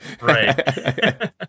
Right